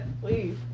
Please